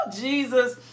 Jesus